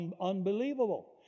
unbelievable